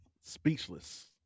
speechless